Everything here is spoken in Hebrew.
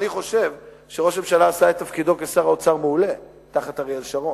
אני חושב שראש הממשלה עשה את תפקידו כשר אוצר מעולה תחת אריאל שרון.